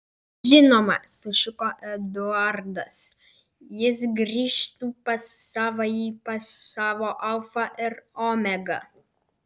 žinoma sušuko eduardas jis grįžtų pas savąjį pas savo alfą ir omegą